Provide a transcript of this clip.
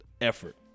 effort